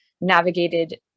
navigated